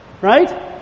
right